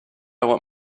want